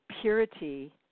purity